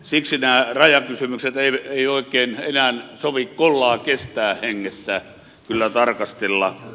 siksi näitä rajakysymyksiä ei oikein enää sovi kollaa kestää hengessä kyllä tarkastella